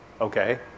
okay